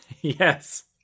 Yes